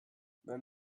when